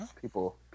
people